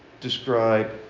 describe